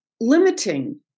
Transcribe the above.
limiting